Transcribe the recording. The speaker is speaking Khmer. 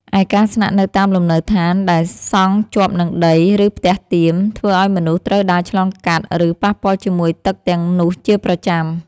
ឯការស្នាក់នៅតាមលំនៅដ្ឋានដែលសង់ជាប់នឹងដី ឬផ្ទះតៀម ធ្វើឱ្យមនុស្សត្រូវដើរឆ្លងកាត់ ឬប៉ះពាល់ជាមួយទឹកទាំងនោះជាប្រចាំ។